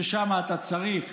ששם אתה צריך